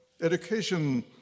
Education